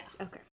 Okay